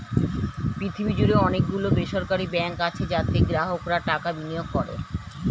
পৃথিবী জুড়ে অনেক গুলো বেসরকারি ব্যাঙ্ক আছে যাতে গ্রাহকরা টাকা বিনিয়োগ করে